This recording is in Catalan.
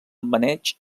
maneig